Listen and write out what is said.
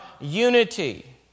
unity